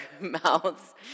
mouths